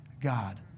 God